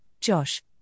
Josh